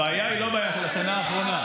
הבעיה היא לא בעיה של השנה האחרונה.